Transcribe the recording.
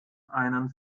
einen